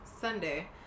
Sunday